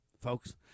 folks